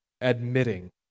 admitting